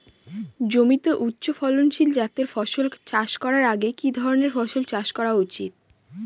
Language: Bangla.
জমিতে উচ্চফলনশীল জাতের ফসল চাষ করার আগে কি ধরণের ফসল চাষ করা উচিৎ?